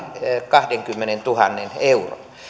kahdenkymmenentuhannen euron